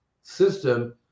system